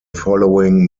following